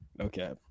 Okay